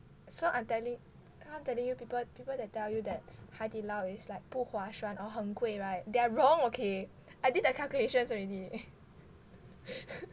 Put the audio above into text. so I'm telling I'm telling you people people that tell you that 海底捞 is like 不划算 or 很贵 [right] they are wrong okay I did the calculations already